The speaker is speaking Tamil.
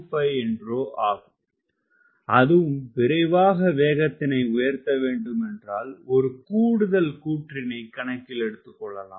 25 என்றோ வரும் அதுவும் விரைவாக வேகத்தினை உயர்த்தவேண்டும் என்றால் ஒரு கூடுதல் கூறுகள் கணக்கில் எடுத்துக்கொள்ளலாம்